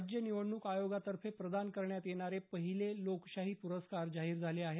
राज्य निवडणूक आयोगातर्फे प्रदान करण्यात येणारे पहिले लोकशाही पुरस्कार जाहीर झाले आहेत